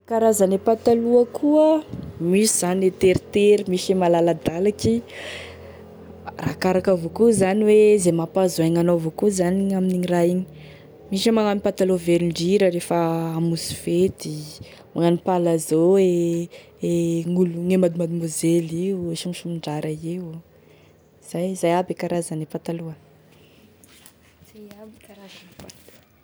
E karazane pataloha koa, misy e teritery misy e malaladalaky, arakaraky avao koa zany hoe zany mampahazo aigny anao avao zany gn'aminigny raha igny, misy magnano pataloha velondrira rehefa amonzy fety, magnano palazzo e e gn'olo madimadimoasely io, e somosomondrara io, izay izay aby e karazane pataloha.